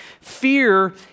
Fear